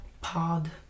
pod